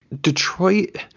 Detroit